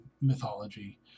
mythology